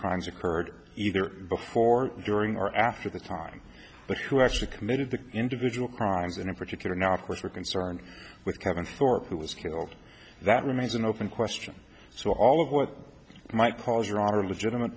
crimes occurred either before during or after the time but who actually committed the individual crimes and in particular now of course we're concerned with kevin thorpe who was killed that remains an open question so all of what might cause or are legitimate